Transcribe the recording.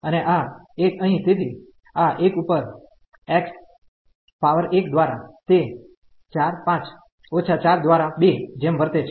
અને આ એક અહિં તેથી આ 1 ઉપર x પાવર1 દ્વારા તે 4 5 ઓછા 4 દ્વારા 2 જેમ વર્તે છે